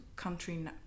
country